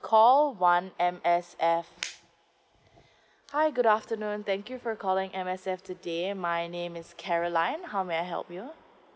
call one M_S_F hi good afternoon thank you for calling M_S_F today my name is caroline how may I help you